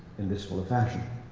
in this full a fashion.